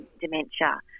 dementia